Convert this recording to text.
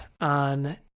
on